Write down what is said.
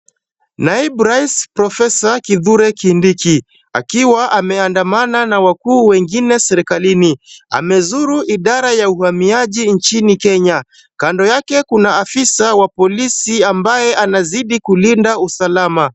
Naibu Rais Profesa Kithure Kindiki akiwa ameandamana na wakuu wengine serikalini. Amezuru idara ya uhamiaji nchini Kenya. Kando yake kuna afisa wa polisi mbaye anazidi kulinda usalama.